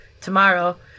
tomorrow